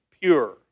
pure